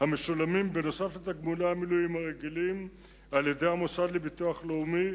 נוסף על תגמולי המילואים הרגילים על-ידי המוסד לביטוח לאומי,